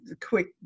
quick